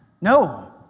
No